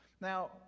Now